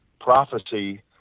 prophecy